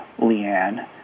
Leanne